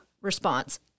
response